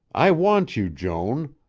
i want you, joan,